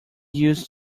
used